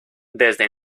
desde